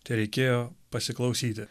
tereikėjo pasiklausyti